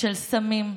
של סמים,